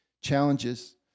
challenges